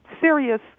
serious